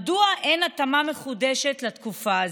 מדוע אין התאמה מחודשת לתקופה הזאת?